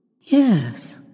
Yes